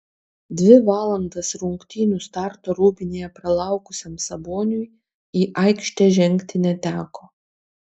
dvi valandas rungtynių starto rūbinėje pralaukusiam saboniui į aikštę žengti neteko